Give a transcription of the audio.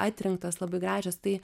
atrinktas labai gražios tai